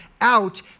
out